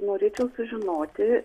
norėčiau sužinoti